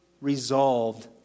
resolved